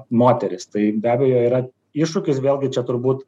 moterys tai be abejo yra iššūkis vėlgi čia turbūt